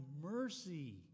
mercy